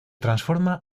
transforma